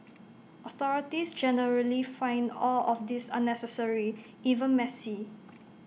authorities generally find all of this unnecessary even messy